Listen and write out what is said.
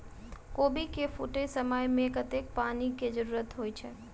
कोबी केँ फूटे समय मे कतेक पानि केँ जरूरत होइ छै?